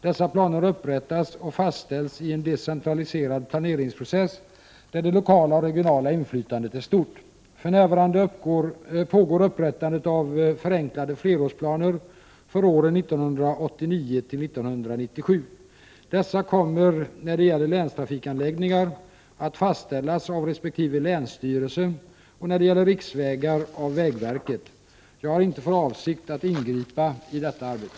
Dessa planer upprättas och fastställs i en decentraliserad planeringsprocess, där det lokala och regionala inflytandet är stort. För närvarande pågår upprättande av förenklade flerårsplaner för åren 1989-1997. Dessa kommer när det gäller länstrafikanläggningar att fastställas av resp. länsstyrelse och när det gäller riksvägar av vägverket. Jag har inte för avsikt att ingripa i detta arbete.